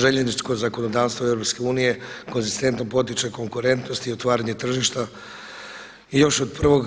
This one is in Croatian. Željezničko zakonodavstvo EU konzistentno potiče konkurentnost i otvaranje tržišta i još od prvog